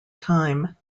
time